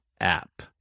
app